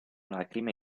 lacrime